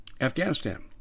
Afghanistan